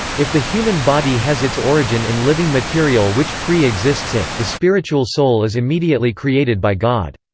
if the human body has its origin in living material which pre-exists it, the spiritual soul is immediately created by god.